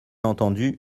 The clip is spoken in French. entendu